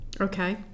Okay